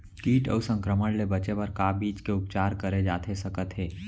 किट अऊ संक्रमण ले बचे बर का बीज के उपचार करे जाथे सकत हे?